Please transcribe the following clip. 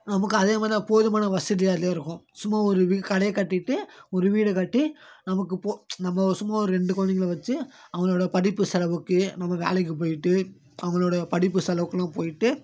நமக்கு அதேமாதிரி தான் போதுமான வசதி அதில் இருக்கும் சும்மா ஒரு கடையை கட்டிவிட்டு ஒரு வீட்ட கட்டி நமக்கு நம்ம சும்மா ஒரு ரெண்டு குழந்தைங்கள வச்சு அவங்களோட படிப்பு செலவுக்கு நம்ம வேலைக்கு போய்ட்டு அவங்களோட படிப்பு செலவுக்கெல்லாம் போய்ட்டு